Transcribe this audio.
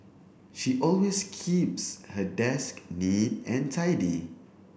she always keeps her desk neat and tidy